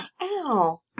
Ow